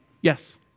Yes